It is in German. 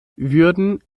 würden